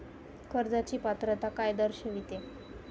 कर्जाची पात्रता काय दर्शविते?